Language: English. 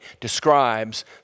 describes